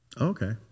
Okay